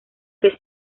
que